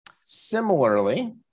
Similarly